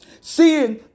seeing